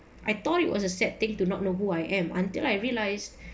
I thought it was a sad thing to not know who I am until I realised